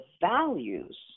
values